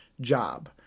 job